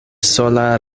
sola